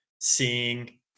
seeing